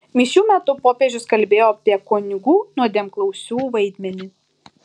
mišių metu popiežius kalbėjo apie kunigų nuodėmklausių vaidmenį